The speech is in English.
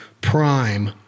prime